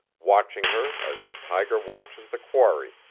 watching her as the tiger watches the quarry,